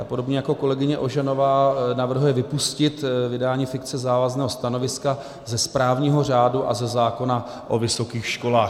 Ta podobně jako kolegyně Ožanová navrhuje vypustit vydání fikce závazného stanoviska ze správního řádu a ze zákona o vysokých školách.